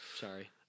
Sorry